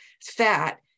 fat